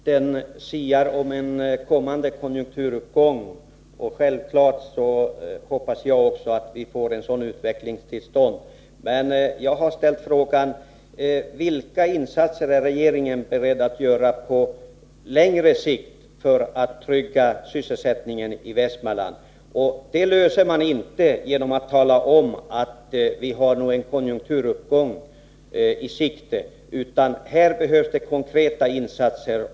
Herr talman! Arbetsmarknadsministern siar om en kommande konjunkturuppgång, och självfallet hoppas också jag att vi får en sådan utveckling. Men jag har ställt frågan: Vilka insatser är regeringen beredd att göra på längre sikt för att trygga sysselsättningen i Västmanland? Det blir inte någon lösning genom att tala om att vi nog har en konjunkturuppgång i sikte, utan här behövs konkreta insatser.